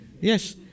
Yes